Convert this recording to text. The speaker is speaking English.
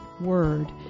Word